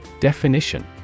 Definition